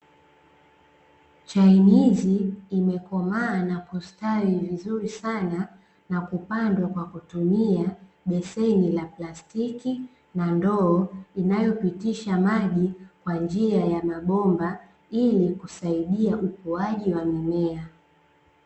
Chainizi imekomaa na kustawi vizuri sana, na kupandwa kwa kutumia beseni la plastiki, na ndoo inayopitisha maji kwa njia ya mabomba, ili kusaidia ukuaji wa mimea.